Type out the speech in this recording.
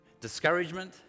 Discouragement